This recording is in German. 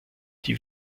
die